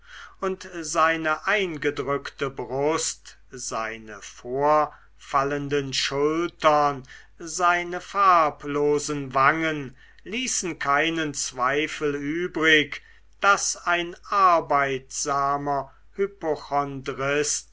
und seine eingedrückte brust seine vorfallenden schultern seine farblosen wangen ließen keinen zweifel übrig daß ein arbeitsamer